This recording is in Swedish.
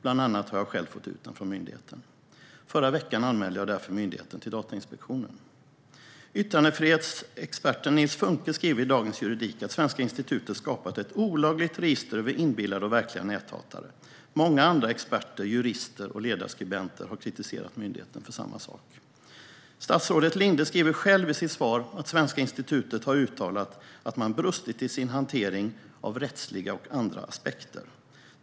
Bland annat har jag själv fått ut den från myndigheten, och förra veckan anmälde jag därför myndigheten till Datainspektionen. Yttrandefrihetsexperten Nils Funcke skriver i Dagens Juridik att Svenska institutet har skapat ett olagligt register över inbillade och verkliga näthatare. Många andra experter, jurister och ledarskribenter har kritiserat myndigheten för samma sak. Statsrådet Linde skriver själv i sitt svar att Svenska institutet har uttalat att det brustit i sin hantering av rättsliga och andra aspekter.